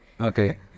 Okay